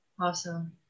Awesome